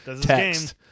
text